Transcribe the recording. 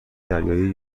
دریایی